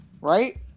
right